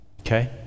Okay